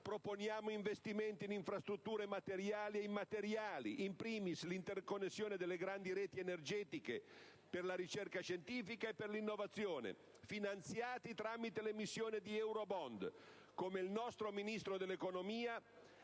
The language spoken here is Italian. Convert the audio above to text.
proponiamo investimenti in infrastrutture materiali e immateriali, *in primis* l'interconnessione delle grandi reti energetiche, per la ricerca scientifica e per l'innovazione, finanziati tramite l'emissione di *eurobond*, come il nostro Ministro dell'economia